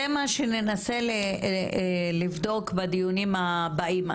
זה מה שננסה לבדוק בדיונים הבאים.